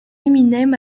eminem